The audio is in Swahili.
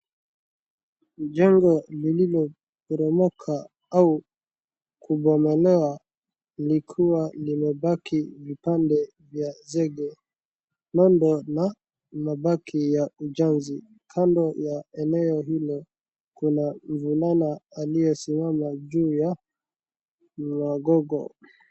Jengo lililo poromoka au kubomolewa likiwa limebaki vipande vya zege, imebaki ya ujenzi. Kando ya eneo hilo kuna mvulana aliyesimama juu ya magogo.